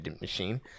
machine